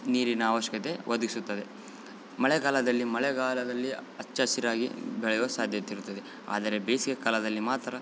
ನೀರಿನ ಅವಶ್ಯಕತೆ ಒದಗಿಸುತ್ತದೆ ಮಳೆಗಾಲದಲ್ಲಿ ಮಳೆಗಾಲದಲ್ಲಿ ಹಚ್ಚ ಹಸಿರಾಗಿ ಬೆಳೆಯುವ ಸಾಧ್ಯತೆ ಇರ್ತದೆ ಆದರೆ ಬೇಸಿಗೆ ಕಾಲದಲ್ಲಿ ಮಾತ್ರ